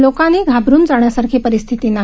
लोकांनी घाबरून जाण्याची परिस्थती नाही